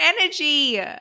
energy